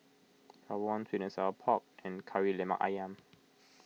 Rawon Sour Pork and Kari Lemak Ayam